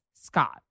Scott